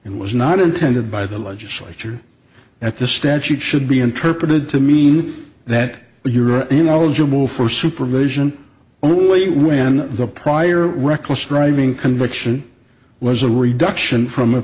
and was not intended by the legislature at the statute should be interpreted to mean that you're an older move for supervision only when the prior reckless driving conviction was a reduction from a